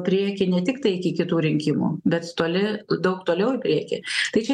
priekį ne tiktai iki kitų rinkimų bet toli daug toliau į priekį tai čia